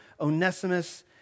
Onesimus